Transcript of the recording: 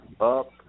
up